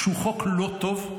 כשהוא חוק לא טוב,